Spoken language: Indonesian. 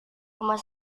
rumah